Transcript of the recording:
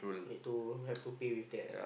need to have to pay with that